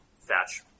thatch